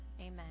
Amen